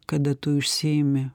kada tu užsiimi